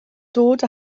dod